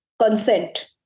consent